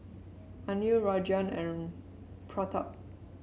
Anil Rajan and Pratap